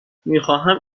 میخواهم